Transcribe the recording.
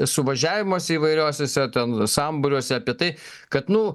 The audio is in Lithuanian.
suvažiavimuose įvairiosiose ten sambūriuose apie tai kad nu